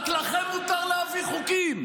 רק לכם מותר להביא חוקים,